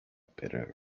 bitter